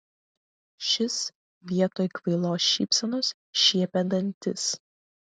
šis vietoj kvailos šypsenos šiepė dantis